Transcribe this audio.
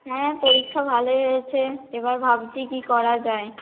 হ্যাঁ পরীক্ষা ভালোই হয়েছে এবার ভাবছি কী করা যায়